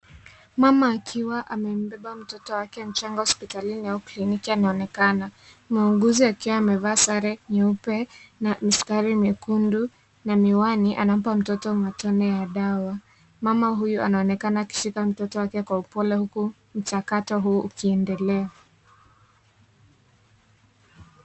Mama akiwa amembeba mtoto wake mchanga hospitalini au kliniki anaonekana. Muuguzi akiwa amevaa sare nyeupe na mistari mekundu na miwani anampa mtoto matone ya dawa. Mama huyu anaonekana akishika mtoto wake kwa upole huku mchakato huu ukiendelea.